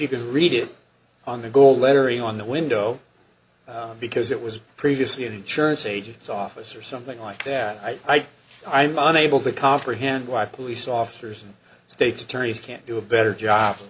can read it on the gold lettering on the window because it was previously an insurance agent office or something like that i i mun able to comprehend why police officers and states attorneys can't do a better job